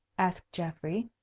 asked geoffrey.